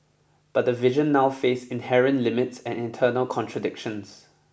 but the vision now face inherent limits and internal contradictions